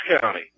County